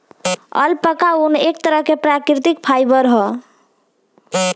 alpaca ऊन, एक तरह के प्राकृतिक फाइबर ह